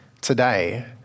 today